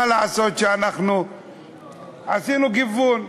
מה לעשות, עשינו גיוון.